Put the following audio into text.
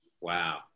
Wow